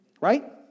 Right